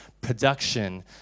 production